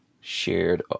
shared